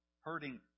hurting